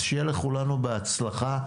אז שיהיה לכולנו בהצלחה.